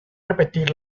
repetir